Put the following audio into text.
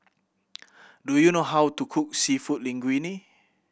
do you know how to cook Seafood Linguine